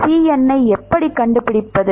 Cn ஐ எப்படி கண்டுபிடிப்பது